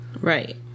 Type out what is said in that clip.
Right